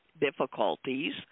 difficulties